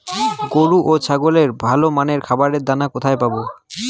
গরু ও ছাগলের ভালো মানের খাবারের দানা কোথায় পাবো?